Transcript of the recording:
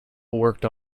worked